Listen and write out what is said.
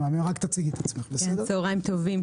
צוהריים טובים,